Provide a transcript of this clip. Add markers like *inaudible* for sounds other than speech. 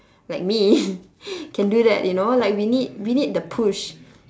like me *laughs* can do that you know like we need we need the push